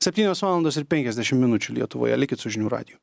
septynios valandos ir penkiasdešim minučių lietuvoje likit su žinių radiju